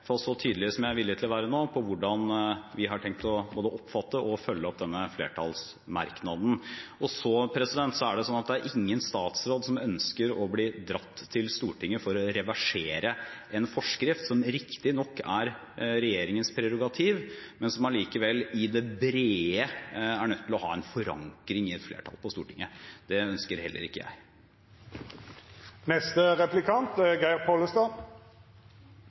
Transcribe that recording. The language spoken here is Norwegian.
så tydelig som jeg er villig til å være nå – på hvordan vi har tenkt både å oppfatte og følge opp denne flertallsmerknaden. Det er ingen statsråd som ønsker å bli dratt til Stortinget for å reversere en forskrift, som riktig nok er regjeringens prerogativ, men som allikevel i det brede er nødt til å ha en forankring i et flertall på Stortinget. Det ønsker heller ikke